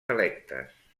electes